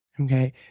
Okay